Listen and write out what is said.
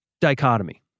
dichotomy